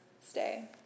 stay